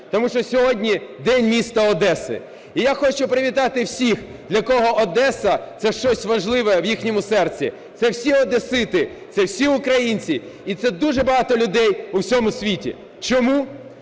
тому що сьогодні День міста Одеси. І я хочу привітати всіх, для кого Одеса це щось важливе в їхньому серці – це всі одесити, це всі українці і це дуже багато людей у всьому світі. Чому?